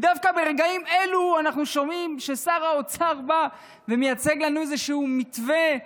דווקא ברגעים אלה אנחנו שומעים ששר האוצר בא ומציג לנו איזה מתווה,